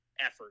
effort